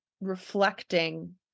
reflecting